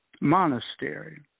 monastery